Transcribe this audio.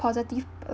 positive